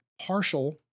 partial